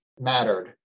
mattered